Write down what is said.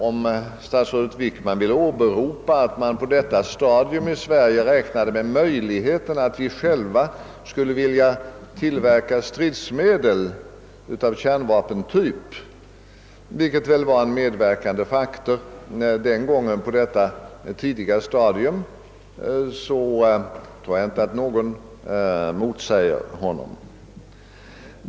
Om statsrådet Wickman vill åberopa att man på detta stadium här i Sverige räknade med möjligheten att vi själva skulle vilja framställa stridsmedel av kärnvapentyp, något som väl var en medverkande faktor på detta tidiga stadium, tror jag inte att någon vill motsäga honom.